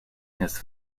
his